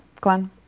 Glenn